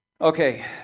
okay